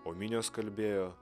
o minios kalbėjo